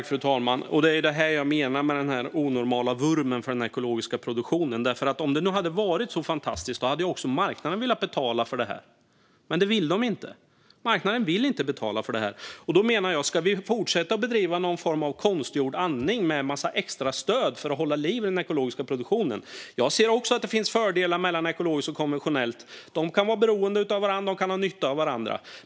Fru talman! Det är detta jag menar med den onormala vurmen för den ekologiska produktionen. Om det hade varit så fantastiskt hade också marknaden velat betala för detta. Men det vill den inte. Ska vi fortsätta att bedriva någon form av konstgjord andning med en massa extrastöd för att hålla liv i den ekologiska produktionen? Jag ser också att ekologiskt och konventionellt kan ge varandra fördelar. De kan vara beroende av varandra och ha nytta av varandra.